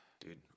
dude